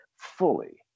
Fully